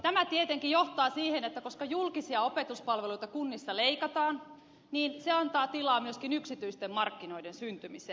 tämä tietenkin johtaa siihen että koska julkisia opetuspalveluita kunnissa leikataan niin se antaa tilaa myöskin yksityisten markkinoiden syntymiseen